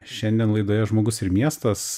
šiandien laidoje žmogus ir miestas